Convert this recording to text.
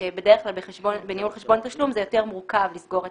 שבדרך כלל בניהול חשבון תשלום זה יותר מורכב לסגור את